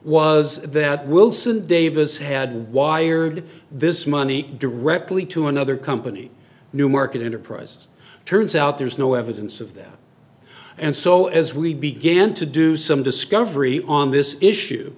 was that wilson davis had wired this money directly to another company new market enterprise turns out there's no evidence of that and so as we began to do some discovery on this issue